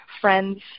friends